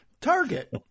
Target